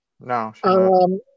No